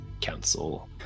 council